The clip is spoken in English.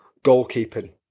goalkeeping